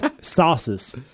Sauces